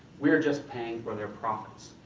we are just paying for their profits.